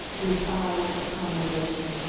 with eyes of commendation.